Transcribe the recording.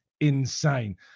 insane